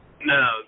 No